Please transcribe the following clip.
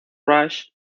rush